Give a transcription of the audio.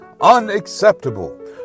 Unacceptable